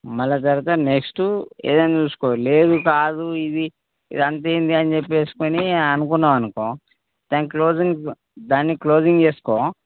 మళ్ళా తరవాత నెక్స్ట్ ఏదన్నా చూసుకో లేదు కాదు ఇది ఇదంతా ఎందీ అని చెప్పేసుకుని అనుకున్నావనుకో దాని క్లోజింగ్ దాని క్లోజింగ్ చేసుకో